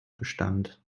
bestand